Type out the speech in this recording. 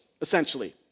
essentially